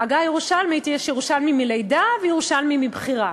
בעגה הירושלמית יש ירושלמים מלידה וירושלמים מבחירה.